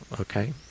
Okay